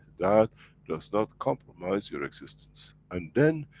that does not compromise your existence. and then,